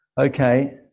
Okay